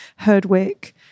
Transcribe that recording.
herdwick